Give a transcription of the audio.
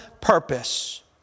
purpose